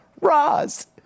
Roz